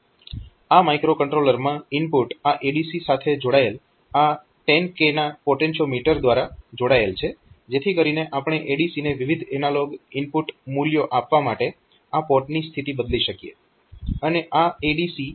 આ માઇક્રોકન્ટ્રોલરમાં ઇનપુટ આ ADC સાથે જોડાયેલ આ 10k ના પોટેન્શિયોમીટર દ્વારા જોડાયેલ છે જેથી કરીને આપણે ADC ને વિવિધ એનાલોગ ઇનપુટ મૂલ્યો આપવા માટે આ પોટની સ્થિતિ બદલી શકીએ